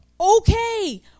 Okay